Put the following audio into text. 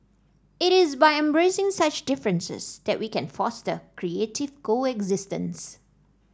it is by embracing such differences that we can foster creative coexistence